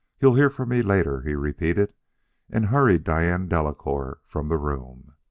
you'll hear from me later, he repeated and hurried diane delacouer from the room.